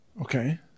Okay